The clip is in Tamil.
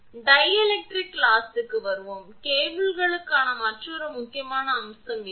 அடுத்து டைஎலக்ட்ரிக் லாஸ் வருவோம் கேபிள்களுக்கான மற்றொரு முக்கியமான அம்சம் இது